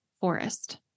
forest